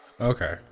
Okay